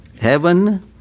heaven